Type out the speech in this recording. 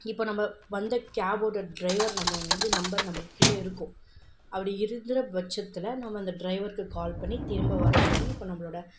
இப்போ நம்ம வந்த கேபோட ட்ரைவர் நம்பர் வந்து நம்பர் நம்மள்கிட்ட இருக்கும் அப்படி இருக்கிற பட்சத்தில் நம்ம அந்த ட்ரைவருக்கு கால் பண்ணி திரும்ப வரச்சொல்லி இப்போ நம்மளோட